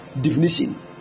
definition